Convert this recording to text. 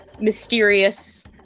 mysterious